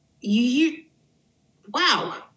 you—wow